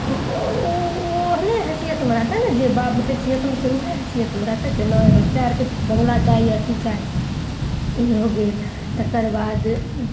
तऽ ओ ओहने हैसियतमे रहतै ने जे बाप हैसियत मे छै उहए हैसियत मऽ रहतै नऽ बच्चा अर के बंगला चाही अथी चाही ई हो गेल तकर बाद